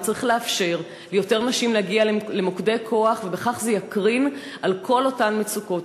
צריך לאפשר ליותר נשים להגיע למוקדי כוח וזה יקרין על כל אותן מצוקות.